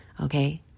Okay